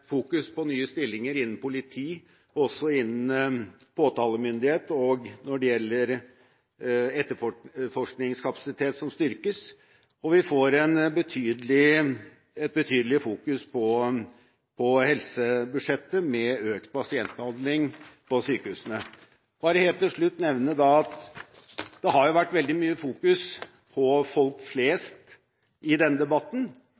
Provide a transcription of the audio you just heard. fokus på helsebudsjettet med økt pasientbehandling på sykehusene. Jeg vil bare helt til slutt nevne at det har vært veldig mye fokusering på folk flest i denne debatten,